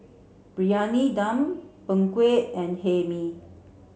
briyani dum png kueh and hae mee